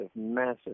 massive